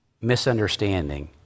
misunderstanding